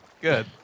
Good